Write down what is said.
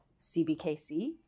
CBKC